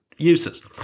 uses